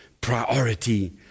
priority